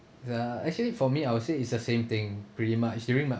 the actually for me I would say it's a same thing pretty much during my